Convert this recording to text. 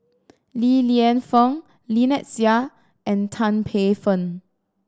Li Lienfung Lynnette Seah and Tan Paey Fern